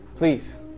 Please